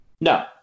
no